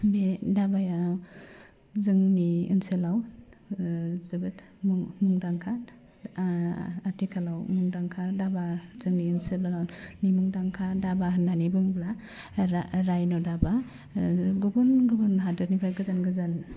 बे धाबाया जोंनि ओनसोलाव ओह जोबोद मुं मुंदांखा आह आथिखालाव मुंदांखा धाबा जोंनि ओनसोलानि मुंदांखा धाबा होननानै बुङोब्ला रा राइन' धाबा ओह गुबुन गुबुन हादोरनिफ्राय गोजान गोजान